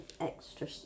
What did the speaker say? extra